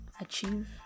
achieve